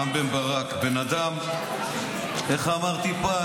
בן אדם, איך אמרתי פעם?